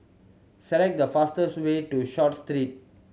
select the fastest way to Short Street